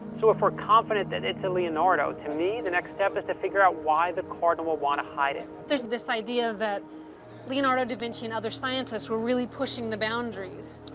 so, if we're confident that it's a leonardo, to me, the next step is to figure out why the cardinal would want to hide it. there's this idea that leonardo da vinci and other scientists were really pushing the boundaries,